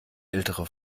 ältere